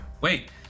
Wait